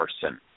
person